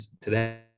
today